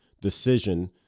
decision